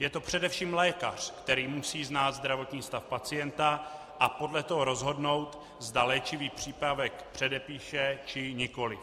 Je to především lékař, který musí znát zdravotní stav pacienta a podle toho rozhodnout, zda léčivý přípravek předepíše, či nikoliv.